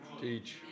teach